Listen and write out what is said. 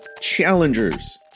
challengers